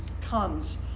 comes